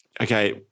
okay